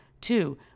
Two